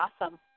Awesome